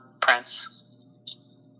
Prince